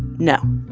no,